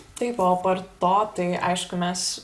taip o apart to tai aišku mes